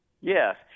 Yes